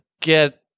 get